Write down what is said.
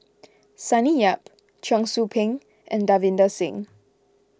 Sonny Yap Cheong Soo Pieng and Davinder Singh